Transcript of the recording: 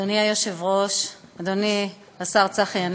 אדוני היושב-ראש, אדוני השר צחי הנגבי,